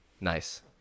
nice